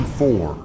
four